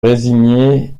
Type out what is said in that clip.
résigner